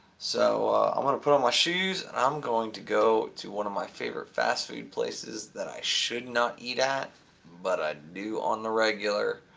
so i want to put on my shoes and i'm going to go to one of my favorite fast food places that i should not eat at but i do on the regular.